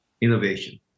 innovation